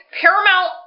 Paramount